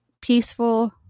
peaceful